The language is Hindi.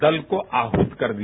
दल को आहत कर दिया